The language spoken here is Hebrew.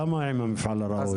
למה עם המפעל הראוי?